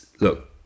look